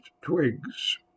twigs